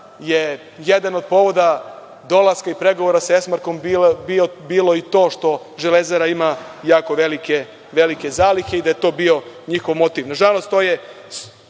je jedan od povoda dolaska i pregovora sa „Esmarkom“ bilo i to što „Železara“ ima jako velike zalihe i da je to bio njihov motiv. Nažalost,